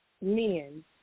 men